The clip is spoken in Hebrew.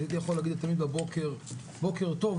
הייתי יכול לבוא בבוקר "בוקר טוב,